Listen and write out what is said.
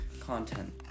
content